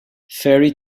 fairy